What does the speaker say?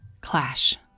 Clash